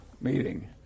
meeting